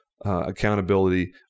Accountability